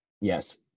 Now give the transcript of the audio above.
Yes